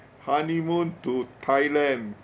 honeymoon to thailand